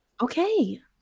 okay